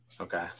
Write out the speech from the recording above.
okay